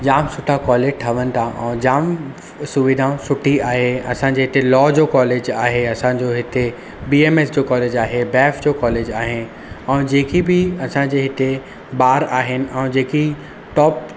जामु सुठा कॉलेज ठहनि था ऐं जाम सुविधाऊं सुठी आहे असांजे हिते लॉ जो कॉलेज आहे असांजो हिते बीएमएस जो कॉलेज आहे बैफ जो कॉलेज आहे ऐं जेकी बि असांजे हिते ॿार आहिनि ऐं जेकी टॉप